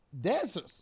dancers